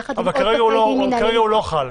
יחד עם עוד --- אבל כרגע הוא לא חל.